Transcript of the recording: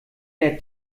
der